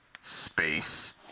Space